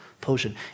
potion